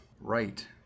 right